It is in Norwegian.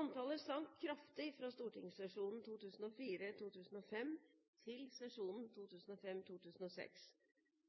Antallet sank kraftig fra stortingssesjonen 2004–2005 til sesjonen